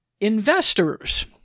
investors